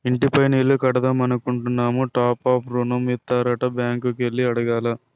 ఇంటి పైన ఇల్లు కడదామనుకుంటున్నాము టాప్ అప్ ఋణం ఇత్తారట బ్యాంకు కి ఎల్లి అడగాల